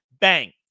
Bang